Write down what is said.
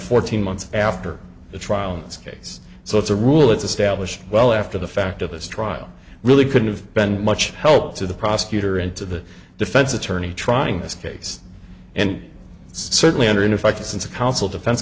fourteen months after the trial in this case so it's a rule it's established well after the fact of this trial really could've been much help to the prosecutor and to the defense attorney trying this case and certainly under in effect since the counsel defense